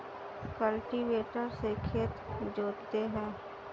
cultivator से खेत जोतते हैं